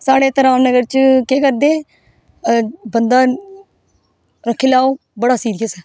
साढ़े इत्थै रामनगर च केह् करदे बंदा रक्खी लैओ बड़ा सीरियस ऐ